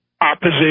opposition